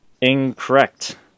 Incorrect